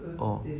oh